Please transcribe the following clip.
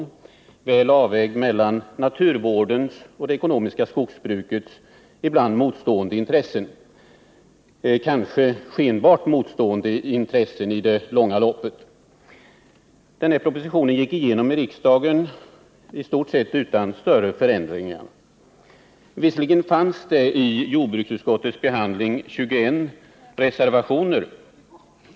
I propositionen görs en bra avvägning mellan naturvårdens och det ekonomiska skogsbrukets ibland motstående intressen, i det långa loppet kanske skenbart motstående intressen. Denna proposition antogs av riksdagen utan större förändringar, trots att det till jordbruksutskottets betänkande fanns 21 reservationer.